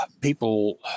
people